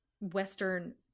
Western